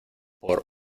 por